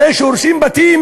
הרי כשהורסים בתים